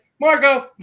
Marco